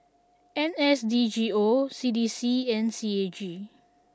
N S D G O C D C and C A G